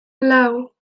lau